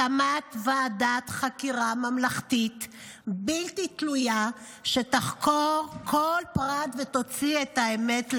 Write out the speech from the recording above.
הקמת ועדת חקירה ממלכתית בלתי תלויה שתחקור כל פרט ותוציא את האמת לאור.